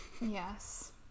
yes